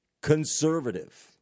Conservative